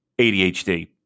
ADHD